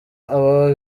aba